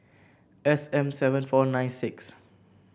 S M seven four nine six